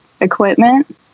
equipment